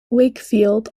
wakefield